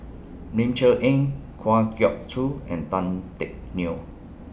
Ling Cher Eng Kwa Geok Choo and Tan Teck Neo